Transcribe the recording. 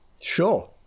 Sure